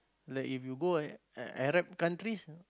like if you go on Arab countries